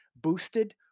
boosted